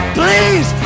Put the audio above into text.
please